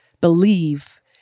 believe